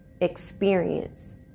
experience